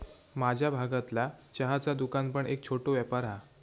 माझ्या भागतला चहाचा दुकान पण एक छोटो व्यापार हा